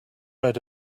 read